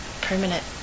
permanent